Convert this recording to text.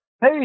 hey